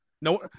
No